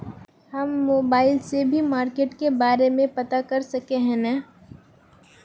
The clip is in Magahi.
हम मोबाईल से भी मार्केट के बारे में पता कर सके है नय?